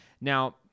now